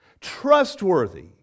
trustworthy